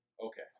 Okay